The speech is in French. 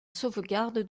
sauvegarde